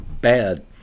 bad